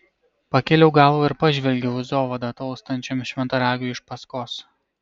pakėliau galvą ir pažvelgiau zovada tolstančiam šventaragiui iš paskos